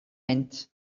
mynd